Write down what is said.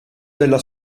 della